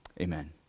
Amen